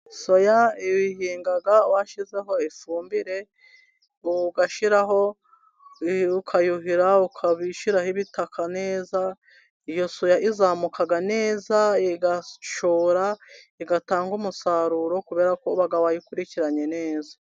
Soya uyihinga washyizeho ifumbire, ugashyiraho, ukayuhira, ukayishyiraho ibitaka neza. Iyo soya izamuka neza, igashora, igatanga umusaruro kubera ko uba wayikurikiranye neza.